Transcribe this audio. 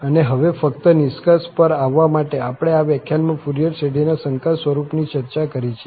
અને હવે ફક્ત નિષ્કર્ષ પર આવવા માટે આપણે આ વ્યાખ્યાનમાં ફુરિયર શ્રેઢીના સંકર સ્વરૂપની ચર્ચા કરી છે